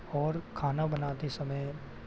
और खाना बनाते समय